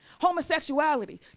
homosexuality